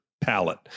palette